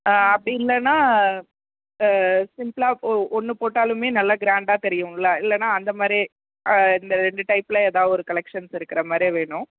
ஆ அப்படி இல்லைன்னா ஆ சிம்பிளா ஒன்று போட்டாலுமே நல்ல க்ராண்டாக தெரியும்ல இல்லைன்னா அந்தமாதிரி இந்த ரெண்டு டைப்பில் எதா ஒரு கலெக்ஷன்ஸ் இருக்கிற மாதிரி வேணும்